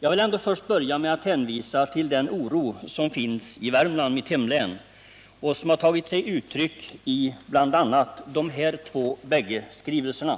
Jag vill börja med att hänvisa till den oro som råder i mitt hemlän Värmland och som tagit sig uttryck i två skrivelser: